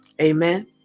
Amen